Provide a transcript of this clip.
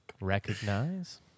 recognize